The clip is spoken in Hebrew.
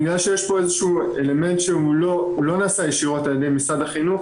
בגלל שיש פה איזה שהוא אלמנט שהוא לא נעשה ישירות על ידי משרד החינוך,